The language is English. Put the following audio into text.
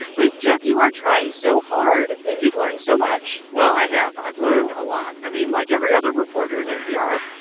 but, geoff, you are trying so hard, and you've learned so much well, i have. i've learned a lot. i mean, like every other reporter in npr,